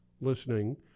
listening